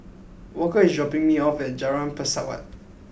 Walker is dropping me off at Jalan Pesawat